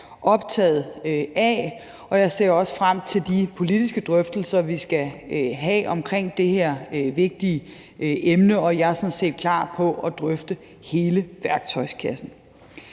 optaget af, og jeg ser også frem til de politiske drøftelser, vi skal have omkring det her vigtige emne, og jeg er sådan set klar på at drøfte hele værktøjskassen.